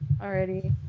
already